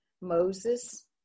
Moses